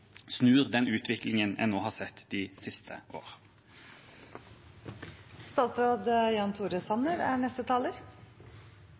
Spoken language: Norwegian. utviklingen en har sett de siste